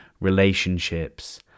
relationships